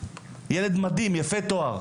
ילד מדהים יפה תואר,